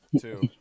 two